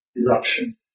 eruption